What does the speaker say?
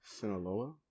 Sinaloa